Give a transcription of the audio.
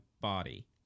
Body